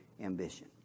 ambition